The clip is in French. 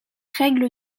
règle